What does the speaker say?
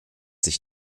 sich